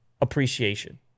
Appreciation